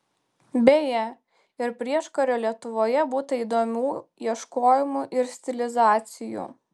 beje ir prieškario lietuvoje būta įdomių ieškojimų ir stilizacijų